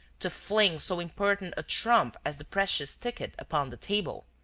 to fling so important a trump as the precious ticket upon the table!